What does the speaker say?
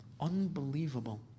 Unbelievable